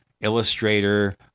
Illustrator